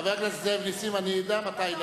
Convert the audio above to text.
חבר הכנסת זאב נסים, אני יודע מתי,